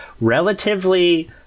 relatively